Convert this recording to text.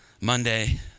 Monday